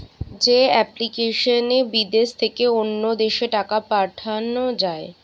যে এপ্লিকেশনে বিদেশ থেকে অন্য দেশে টাকা পাঠান যায়